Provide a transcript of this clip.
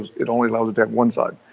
it only allows it that one side.